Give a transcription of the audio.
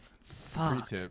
Fuck